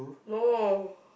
no